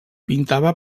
pintava